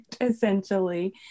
essentially